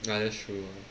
ya that's true